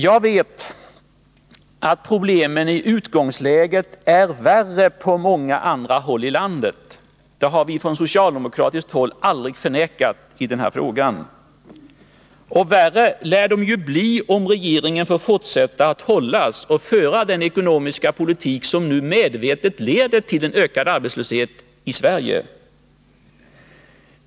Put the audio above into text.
Jag vet att problemen i utgångsläget är värre på många andra håll i landet. Det har vi från socialdemokratiskt håll aldrig förnekat i denna fråga. Och värre lär de bli, om regeringen får fortsätta att hållas och föra den ekonomiska politik som medvetet leder till ökad arbetslöshet i Sverige.